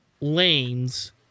lanes